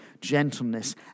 gentleness